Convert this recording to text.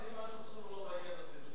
אבל יש לי משהו חשוב ומאוד מעניין,